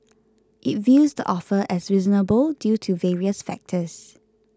it views the offer as reasonable due to various factors